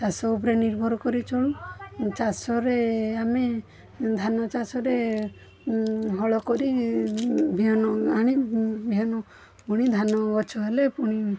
ଚାଷ ଉପରେ ନିର୍ଭର କରି ଚଳୁ ଚାଷରେ ଆମେ ଧାନ ଚାଷରେ ହଳ କରି ବିହନ ଆଣି ବିହନ ବୁଣି ଧାନ ଗଛ ହେଲେ ପୁଣି